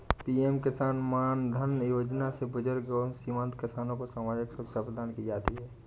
PM Kisan Maandhan Yojana से बुजुर्ग एवं सीमांत किसान को सामाजिक सुरक्षा प्रदान की जाती है